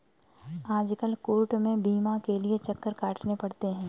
आजकल कोर्ट में बीमा के लिये चक्कर काटने पड़ते हैं